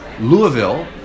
Louisville